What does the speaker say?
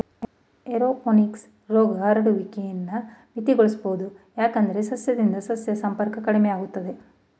aeroponics ರೋಗ ಹರಡುವಿಕೆನ ಮಿತಿಗೊಳಿಸ್ಬೋದು ಯಾಕಂದ್ರೆ ಸಸ್ಯದಿಂದ ಸಸ್ಯ ಸಂಪರ್ಕ ಕಡಿಮೆಯಾಗ್ತದೆ